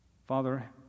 Father